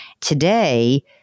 Today